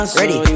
ready